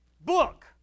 book